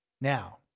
Now